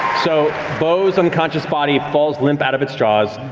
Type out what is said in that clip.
so beau's unconscious body falls limp out of its jaws.